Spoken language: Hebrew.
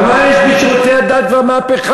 אבל מה יש בשירותי הדת כבר מהפכה?